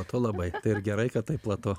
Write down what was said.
be to labai gerai kad taip platu